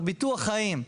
ביטוח חיים,